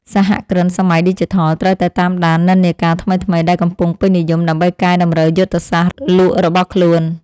សហគ្រិនសម័យឌីជីថលត្រូវតែតាមដាននិន្នាការថ្មីៗដែលកំពុងពេញនិយម ដើម្បីកែតម្រូវយុទ្ធសាស្ត្រលក់របស់ខ្លួន។